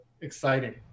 exciting